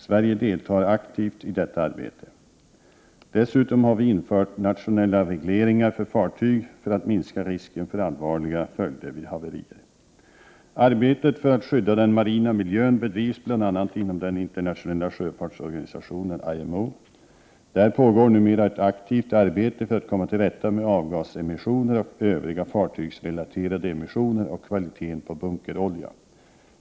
Sverige deltar aktivt i detta arbete. Dessutom har vi infört nationella regleringar för fartyg för att minska risken för allvarliga följder vid haverier. Arbetet för att skydda den marina miljön bedrivs bl.a. inom den internationella sjöfartsorganisationen IMO. Där pågår numera ett aktivt arbete för att komma till rätta med avgasemissioner och övriga fartygsrelaterade emissioner och kvaliteten på bunkerolja.